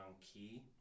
key